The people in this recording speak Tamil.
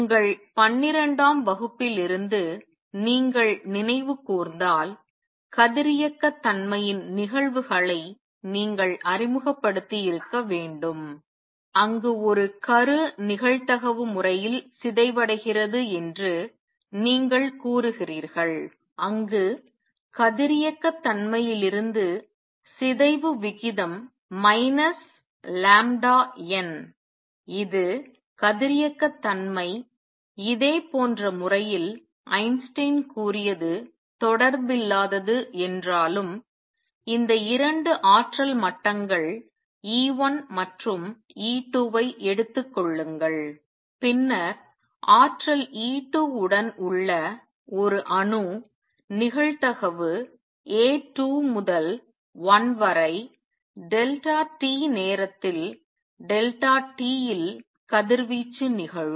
உங்கள் 12 ஆம் வகுப்பிலிருந்து நீங்கள் நினைவு கூர்ந்தால் கதிரியக்கத்தன்மையின் நிகழ்வுகளை நீங்கள் அறிமுகப்படுத்தியிருக்க வேண்டும் அங்கு ஒரு கரு நிகழ்தகவு முறையில் சிதைவடைகிறது என்று நீங்கள் கூறுகிறீர்கள் அங்கு கதிரியக்கத்தன்மையிலிருந்து சிதைவு விகிதம் λN இது கதிரியக்கத்தன்மை இதேபோன்ற முறையில் ஐன்ஸ்டீன் கூறியது தொடர்பில்லாதது என்றாலும் இந்த 2 ஆற்றல் மட்டங்கள் E1 மற்றும் E2 ஐ எடுத்துக் கொள்ளுங்கள் பின்னர் ஆற்றல் E2 உடன் உள்ள ஒரு அணு நிகழ்தகவு A2 முதல் 1 வரை t நேரத்தில் t ல் கதிர்வீச்சு நிகழும்